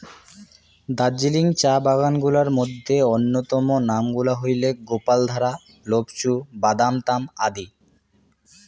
দার্জিলিং চা বাগান গুলার মইধ্যে অইন্যতম নাম গুলা হইলেক গোপালধারা, লোপচু, বাদামতাম আদি